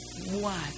one